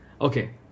Okay